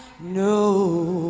No